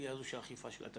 לסוגיה הזו של אכיפת התקנות.